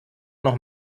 noch